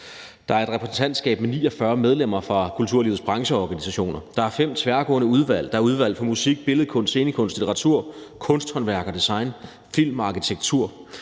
der er et repræsentantskab med 49 medlemmer fra kulturlivets brancheorganisationer; der er fem tværgående udvalg – der er udvalg for musik, billedkunst, scenekunst, litteratur, kunsthåndværk og design, film og arkitektur